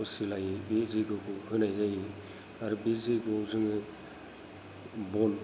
असिलायै बे जयग'खौ होनाय जायो आरो बे जयग' आव जोङो बन